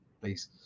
please